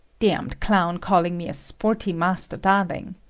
damned clown called me a sporty master darling.